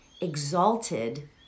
exalted